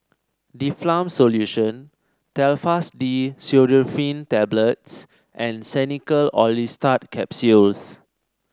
Difflam Solution Telfast D Pseudoephrine Tablets and Xenical Orlistat Capsules